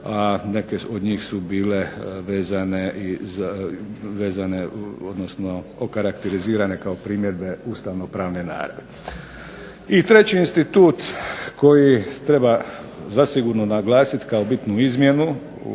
a neke od njih su bile vezane odnosno okarakterizirane kao primjedbe ustavno-pravne naravi. I treći institut koji treba zasigurno naglasit kao bitnu izmjenu